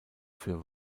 für